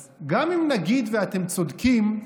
אז גם אם נגיד ואתם צודקים,